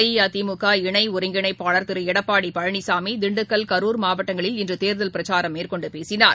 அஇஅதிமுக இணைஒருங்கிணைப்பாளர் திருஎடப்பாடிபழனிசாமி திண்டுக்கல் கரூர் மாவட்டங்களில் இன்றதேர்தல் பிரச்சாரம் மேற்கொண்டுபேசினார்